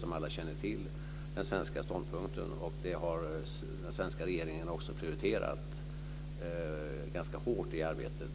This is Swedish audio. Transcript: Som alla känner till är det den svenska ståndpunkten, och den svenska regeringen har också prioriterat detta ganska hårt i arbetet